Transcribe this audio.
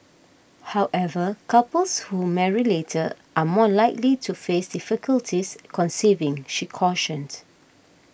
however couples who marry later are more likely to face difficulties conceiving she cautioned